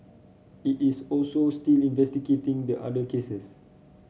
it is also still investigating the other cases